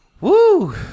Woo